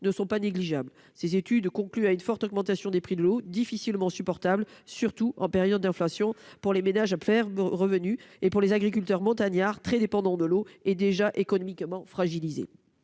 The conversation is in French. ne sont pas négligeables. Ces études concluent à une forte augmentation des prix de l'eau difficilement supportable, surtout en période d'inflation, pour les ménages à faible revenu et pour les agriculteurs montagnards, très dépendants de l'eau et déjà économiquement fragilisés.